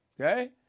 Okay